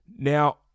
Now